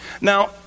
Now